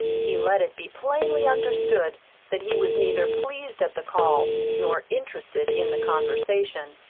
he let it be plainly understood that he was neither pleased at the call nor interested in the conversation.